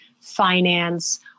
finance